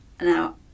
Now